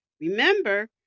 Remember